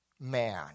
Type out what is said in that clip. man